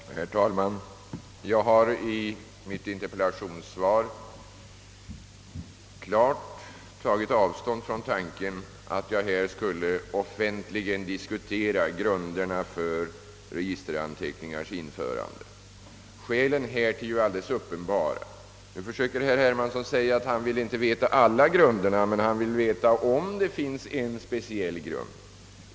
Herr talman! Jag har i mitt interpellationssvar klart tagit avstånd från tanken att jag i denna kammare offentligen skulle diskutera grunderna för registeranteckningarnas införande. Skälen härtill är alldeles uppenbara. Nu anför herr Hermansson att han inte vill få kännedom om alla dessa grunder utan att han vill veta om en viss speciell grund tillämpas.